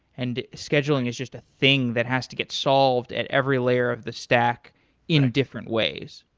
and scheduling is just a thing that has to get solved at every layer of the stack in different ways.